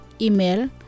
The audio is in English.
Email